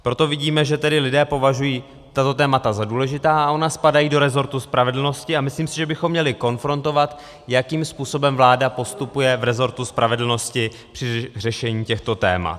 Proto vidíme, že tedy lidé považují tato témata za důležitá, a ona spadají do resortu spravedlnosti a myslím si, že bychom měli konfrontovat, jakým způsobem vláda postupuje v resortu spravedlnosti při řešení těchto témat.